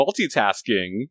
multitasking